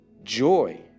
Joy